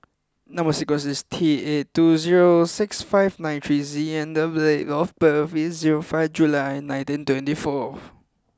number sequence is T eight two zero six five nine three Z and date of birth is zero five July nineteen twenty four